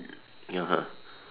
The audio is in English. (uh huh)